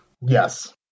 Yes